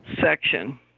section